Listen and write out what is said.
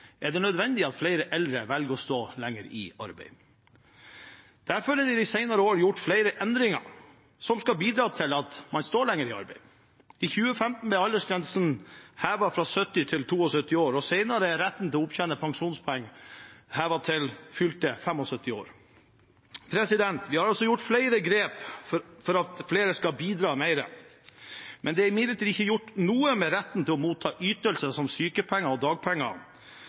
er det nødvendig at flere eldre velger å stå lenger i arbeid. Derfor er de de senere år gjort endringer som skal bidra til at man står lenger i arbeid. I 2015 ble aldersgrensen hevet fra 70 til 72 år, og senere er retten til å opptjene pensjonspoeng hevet til fylte 75 år. Det er altså tatt flere grep for at flere skal bidra mer, men det er ikke gjort noe med retten til å motta ytelser som sykepenger og dagpenger